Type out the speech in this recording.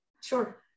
Sure